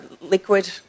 liquid